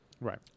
Right